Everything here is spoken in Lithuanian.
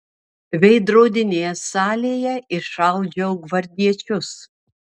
veidrodinėje salėje iššaudžiau gvardiečius